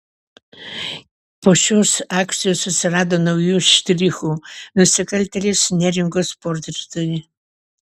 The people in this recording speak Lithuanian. po šios akcijos atsirado naujų štrichų nusikaltėlės neringos portretui